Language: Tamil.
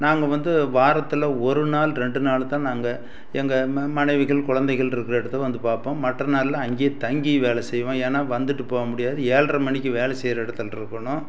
நாங்கள் வந்து வாரத்தில் ஒரு நாள் ரெண்டு நாள் தான் நாங்கள் எங்கள் மனைவிகள் கொழந்தைகள் இருக்கிற இடத்துக்கு வந்து பார்ப்போம் மற்ற நாளெலாம் அங்கேயே தங்கி வேலை செய்வோம் ஏன்னால் வந்துட்டு போக முடியாது ஏழ்ர மணிக்கு வேலை செய்கிற இடத்துல இருக்கணும்